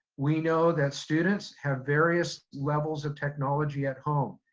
we know that students have various levels of technology at home.